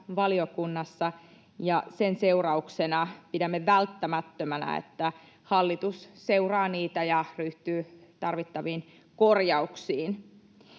valiokunnassa, ja sen seurauksena pidämme välttämättömänä, että hallitus seuraa niitä ja ryhtyy tarvittaviin korjauksiin.